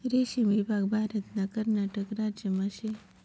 रेशीम ईभाग भारतना कर्नाटक राज्यमा शे